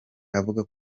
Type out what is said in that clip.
avuga